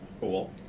cool